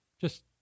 Just-